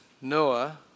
Noah